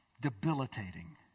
debilitating